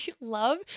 love